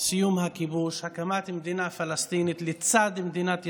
בסיום הכיבוש ובהקמת מדינה פלסטינית לצד מדינת ישראל,